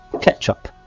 ketchup